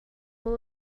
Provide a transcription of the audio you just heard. will